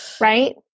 right